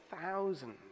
thousands